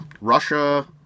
Russia